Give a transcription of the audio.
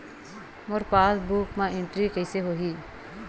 मोर passbook मा entry कइसे होही?